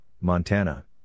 Montana